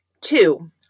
Two